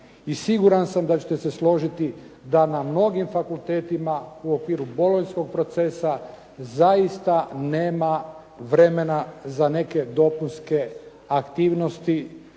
siguran sam da ćete se složiti da na mnogim fakultetima u okviru Bolonjskog procesa zaista nema vremena za neke dopunske aktivnosti